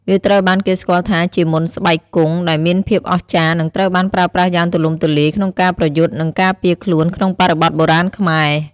វាត្រូវបានគេស្គាល់ថាជាមន្តស្បែកគង់ដែលមានភាពអស្ចារ្យ និងត្រូវបានប្រើប្រាស់យ៉ាងទូលំទូលាយក្នុងការប្រយុទ្ធ និងការពារខ្លួនក្នុងបរិបទបុរាណខ្មែរ។